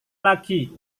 lagi